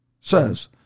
says